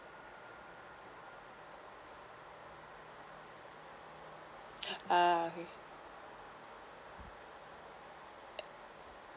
uh okay